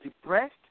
depressed